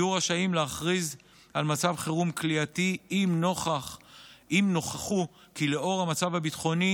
יהיו רשאים להכריז על מצב חירום כליאתי אם נוכחו כי לנוכח המצב הביטחוני